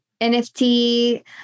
NFT